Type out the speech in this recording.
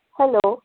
hello